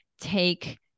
take